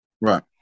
Right